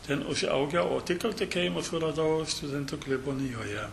ten užaugau o tikro tikėjimo suradau studentų klebonijoje